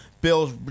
Bills